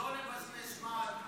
--- שלא לבזבז זמן,